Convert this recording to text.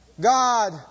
God